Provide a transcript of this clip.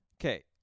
Okay